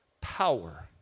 power